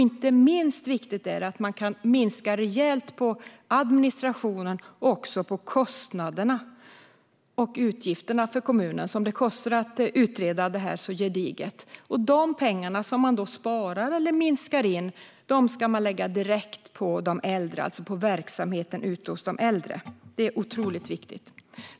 Inte minst viktigt är det att man kan minska rejält på administrationen och kommunens utgifter, då det kostar att utreda detta gediget. De pengar som man sparar eller minskar ned på ska läggas direkt på verksamheten ute hos de äldre. Detta är otroligt viktigt.